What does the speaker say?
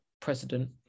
president